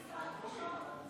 נחשוב על זה.